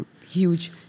huge